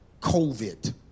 COVID